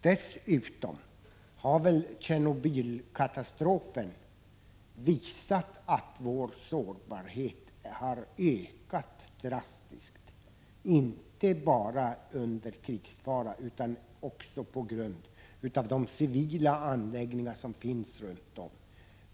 Dessutom har Tjernobylkatastrofen visat att vår sårbarhet har ökat drastiskt, inte bara under krigsfara utan också på grund av de civila anläggningar som finns runt om.